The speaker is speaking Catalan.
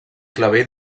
clavell